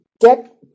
get